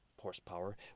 horsepower